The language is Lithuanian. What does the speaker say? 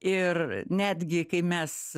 ir netgi kai mes